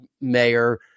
mayor